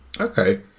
Okay